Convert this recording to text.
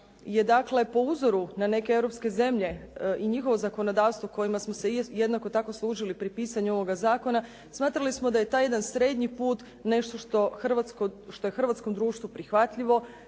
je dakle po uzoru na neke europske zemlje i njihovo zakonodavstvo kojima smo se isto tako služili pri pisanju ovoga zakona, smatrali smo da je taj jedan srednji put nešto što je hrvatskom društvu prihvatljivo,